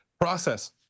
process